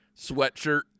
sweatshirt